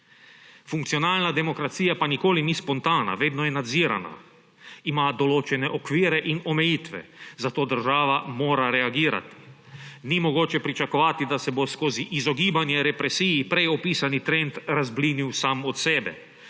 Funkcionalna demokracija pa nikoli ni spontana, vedno je nadzirana. Ima določene okvire in omejitve, zato država mora reagirati. Ni mogoče pričakovati, da se bo skozi izogibanje represiji prej opisani trend razblinil sam od sebe,